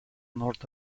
north